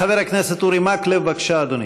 חבר הכנסת אורי מקלב, בבקשה, אדוני.